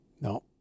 No